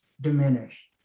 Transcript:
diminish